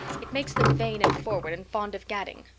it makes them vain and forward and fond of gadding.